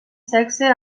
sexe